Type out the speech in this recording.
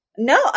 No